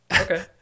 okay